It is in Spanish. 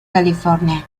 california